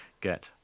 get